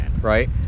right